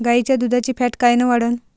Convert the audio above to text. गाईच्या दुधाची फॅट कायन वाढन?